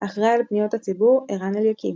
אחראי על פניות הציבור - ערן אליקים